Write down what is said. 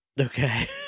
Okay